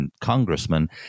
Congressman